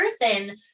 person